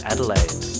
Adelaide